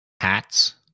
hats